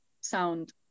sound